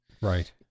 Right